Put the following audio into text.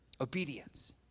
Obedience